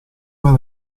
per